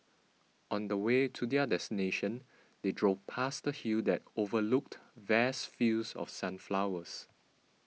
on the way to their destination they drove past a hill that overlooked vast fields of sunflowers